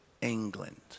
England